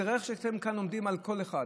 תראה איך שאתם כאן עומדים על קול אחד.